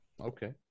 Okay